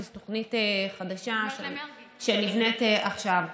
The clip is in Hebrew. כי זו תוכנית חדשה שנבנית עכשיו.